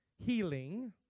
healing